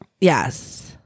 Yes